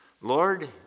Lord